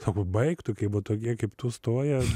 sako baik tu kai va tokie kaip tu stoja